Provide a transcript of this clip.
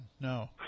No